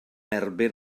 erbyn